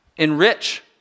Enrich